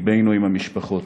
לבנו עם המשפחות.